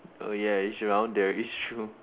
oh ya it's around it's true